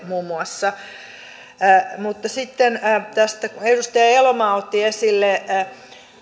muun muassa kemijoen latvavesille mutta sitten tästä kun edustaja elomaa otti esille